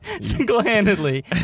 single-handedly